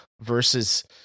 versus